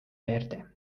erde